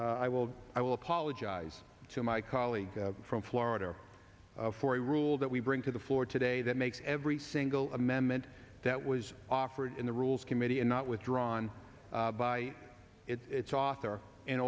i will i will apologize to my colleague from florida for a rule that we bring to the floor today that makes every single amendment that was offered in the rules committee and not withdrawn by its author in